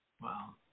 Wow